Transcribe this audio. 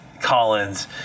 Collins